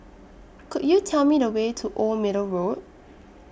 Could YOU Tell Me The Way to Old Middle Road